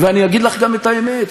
ואני אגיד לך גם את האמת: